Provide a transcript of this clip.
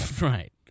Right